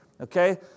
Okay